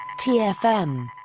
TFM